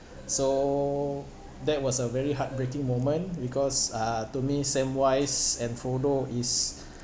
so that was a very heartbreaking moment because uh to me samwise and frodo is